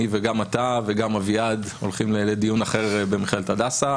אני וגם אתה וגם אביעד הולכים לדיון אחר במכללת הדסה,